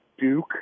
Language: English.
Duke